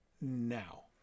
now